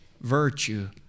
virtue